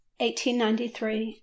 1893